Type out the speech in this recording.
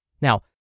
Now